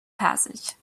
passage